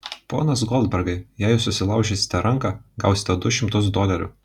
ponas goldbergai jei jūs susilaužysite ranką gausite du šimtus dolerių